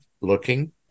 looking